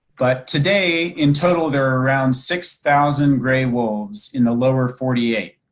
but today in total there around six thousand gray wolves in the lower forty eight.